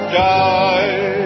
die